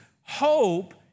Hope